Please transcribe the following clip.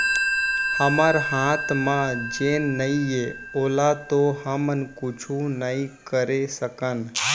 हमर हाथ म जेन नइये ओला तो हमन कुछु नइ करे सकन